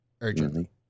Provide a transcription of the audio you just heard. urgently